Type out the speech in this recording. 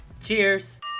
Cheers